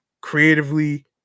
creatively